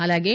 అలాగే